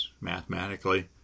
mathematically